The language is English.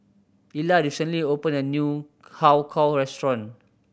Ila recently opened a new Har Kow restaurant